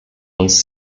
uns